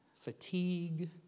fatigue